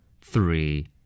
Three